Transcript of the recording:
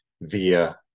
via